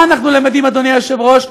מה אנחנו למדים, אדוני היושב-ראש?